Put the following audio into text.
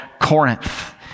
Corinth